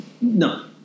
No